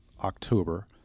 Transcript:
October